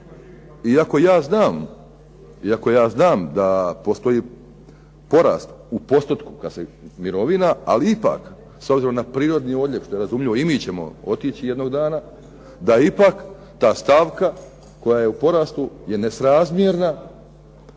iako ja znam da postoji porast u postotku mirovina, ali ipak s obzirom na prirodni odljev, što je razumljivo i mi ćemo otići jednog dana, da ipak ta stavka koja je u porastu je nesrazmjerna